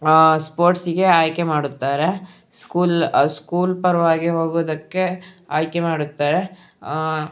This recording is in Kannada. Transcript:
ಸ್ಪೋರ್ಟ್ಸಿಗೆ ಆಯ್ಕೆ ಮಾಡುತ್ತಾರೆ ಸ್ಕೂಲ್ ಸ್ಕೂಲ್ ಪರವಾಗಿ ಹೋಗೋದಕ್ಕೆ ಆಯ್ಕೆ ಮಾಡುತ್ತಾರೆ